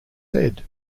said